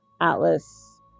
Atlas